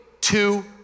two